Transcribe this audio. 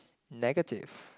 negative